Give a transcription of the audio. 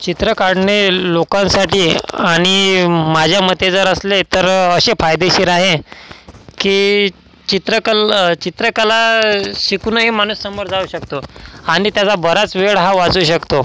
चित्र काढणे लोकांसाठी आणि माझ्या मते जर असले तर असे फायदेशीर आहे की चित्रकल् चित्रकला शिकूनही माणूस समोर जाऊ शकतो आणि त्याचा बराच वेळ हा वाचू शकतो